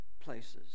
places